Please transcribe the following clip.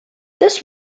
this